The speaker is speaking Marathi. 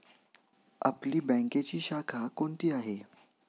आपली बँकेची शाखा कोणती आहे